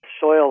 soil